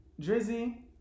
Drizzy